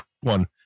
one